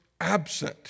absent